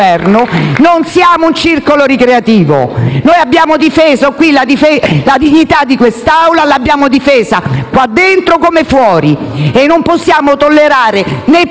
Non siamo un circolo ricreativo. Noi abbiamo difeso qui la dignità di quest'Aula, l'abbiamo difesa qui dentro come fuori e non possiamo tollerare, né